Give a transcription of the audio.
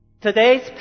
Today's